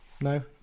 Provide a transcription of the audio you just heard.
No